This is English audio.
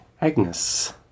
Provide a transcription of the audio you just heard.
Agnes